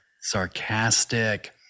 sarcastic